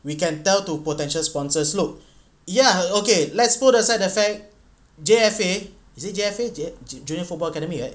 we can tell to potential sponsors look ya okay let's put aside the fact J_F_A is it J_F_A J~ junior football academy